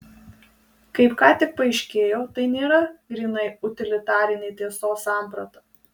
kaip ką tik paaiškėjo tai nėra grynai utilitarinė tiesos samprata